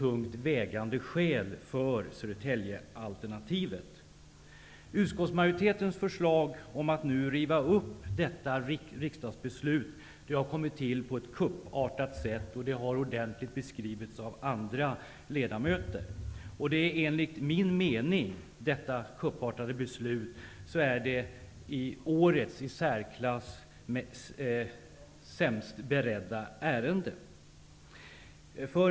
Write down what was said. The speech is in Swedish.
Utskottsmajoritetens förslag att nu riva upp detta riksdagsbeslut har tillkommit på ett kuppartat sätt, vilket ordentligt har beskrivits av andra ledamöter. Enligt min mening är det en kupp att lägga fram detta förslag, årets i särsklass sämst beredda ärende.